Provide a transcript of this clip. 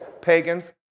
pagans